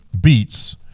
beats